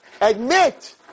admit